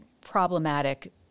problematic